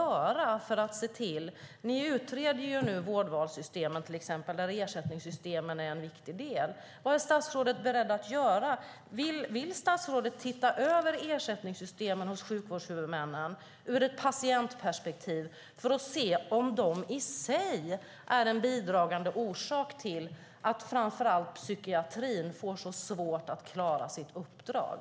Ni utreder ju nu vårdvalssystemet där ersättningssystemen är en viktig del. Vad är statsrådet beredd att göra? Vill statsrådet se över sjukvårdshuvudmännens ersättningssystem ur ett patientperspektiv för att se om de i sig är en bidragande orsak till att framför allt psykiatrin har så svårt att klara sitt uppdrag?